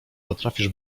potrafisz